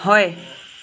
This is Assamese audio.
হয়